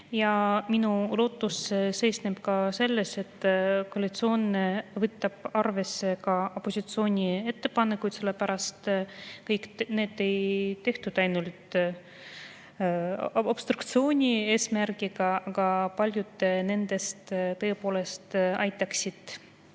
Minu lootus seisneb selles, et koalitsioon võtab arvesse ka opositsiooni ettepanekuid, sellepärast et kõiki neid ei tehtud ainult obstruktsiooni eesmärgiga. Paljud nendest tõepoolest aitaksid